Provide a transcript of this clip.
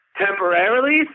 temporarily